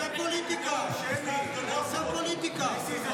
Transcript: הוא עושה פוליטיקה.